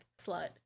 slut